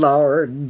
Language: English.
Lord